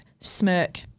Smirk